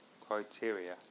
criteria